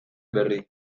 berri